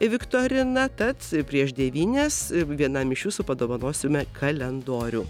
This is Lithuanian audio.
viktorina tad prieš devynias vienam iš jūsų padovanosime kalendorių